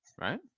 Right